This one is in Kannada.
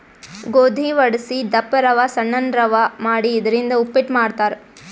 ಗೋಧಿ ವಡಸಿ ದಪ್ಪ ರವಾ ಸಣ್ಣನ್ ರವಾ ಮಾಡಿ ಇದರಿಂದ ಉಪ್ಪಿಟ್ ಮಾಡ್ತಾರ್